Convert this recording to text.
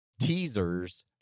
teasers